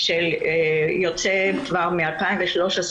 שהוצא כבר מ-2013